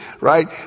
right